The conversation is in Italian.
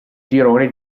girone